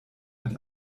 mit